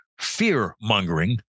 fear-mongering